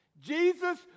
Jesus